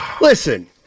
Listen